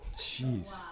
Jeez